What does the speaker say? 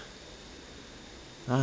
ah